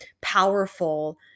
powerful